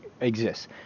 exists